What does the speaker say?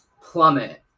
plummet